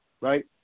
right